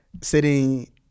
sitting